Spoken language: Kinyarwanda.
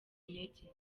intege